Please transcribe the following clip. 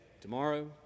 tomorrow